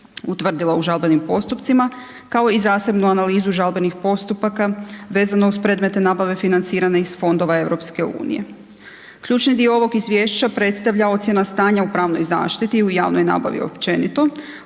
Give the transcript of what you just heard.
utvrdila u žalbenim postupcima, kao i zasebnu analizu žalbenih postupaka vezano uz predmete nabave financirane iz fondova EU. Ključni dio ovog izvješća predstavlja ocjena stanja u pravnoj zaštiti i u javnoj nabavi općenito,